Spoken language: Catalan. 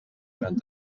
gran